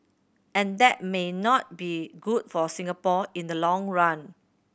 and that may not be good for Singapore in the long run